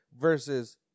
versus